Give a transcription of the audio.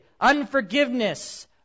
unforgiveness